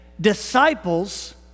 disciples